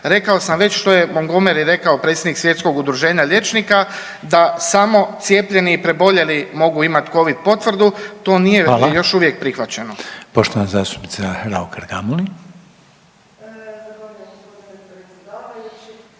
Rekao sam već što je Montgomery rekao, predsjednik svjetskog udruženja liječnika da samo cijepljeni i preboljeli mogu imat covid potvrdu. To nije još uvijek prihvaćeno.